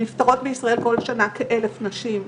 הסיכוי של אחת משמונה או אחת מתשע לחלות